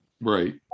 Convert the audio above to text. Right